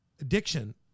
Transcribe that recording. addiction